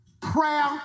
prayer